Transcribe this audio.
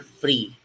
free